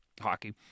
hockey